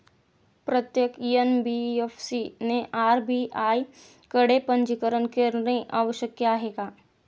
प्रत्येक एन.बी.एफ.सी ने आर.बी.आय कडे पंजीकरण करणे आवश्यक आहे का?